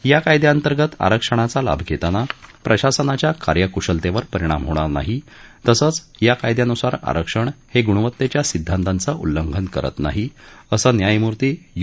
या कायद्याअर्स्तित आरक्षणाचा लाभ देताना प्रशासनाच्या कार्यकुशलतेवर परिणाम होणार नाही तसद्वहा कायद्या नुसार आरक्षण हे गुणवत्तेच्या सिद्धाक्रिकेतिलास करत नाही असत्मायमूर्ती यु